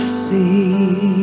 see